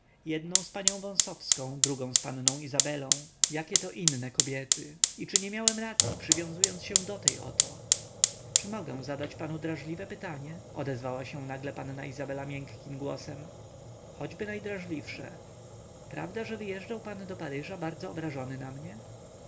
jednę z panią wąsowską drugą z panną izabelą jakie to inne kobiety i czy nie miałem racyi przywiązać się do tej oto czy mogę zadać panu drażliwe pytanie odezwała się nagle panna izabela miękkim głosem choćby najdrażliwsze prawda że wyjeżdżał pan do paryża bardzo obrażony na mnie